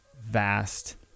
vast